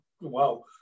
Wow